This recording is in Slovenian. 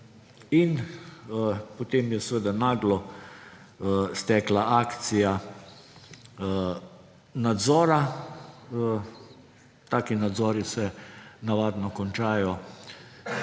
In potem je seveda naglo stekla akcija nadzora. Taki nadzori se navadno končajo